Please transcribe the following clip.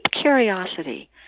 curiosity